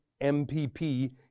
MPP